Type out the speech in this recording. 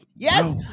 Yes